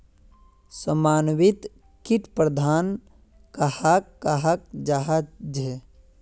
समन्वित किट प्रबंधन कहाक कहाल जाहा झे?